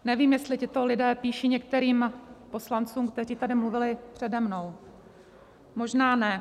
Nevím, jestli tito lidé píší některým poslancům, kteří tady mluvili přede mnou, možná ne.